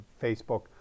facebook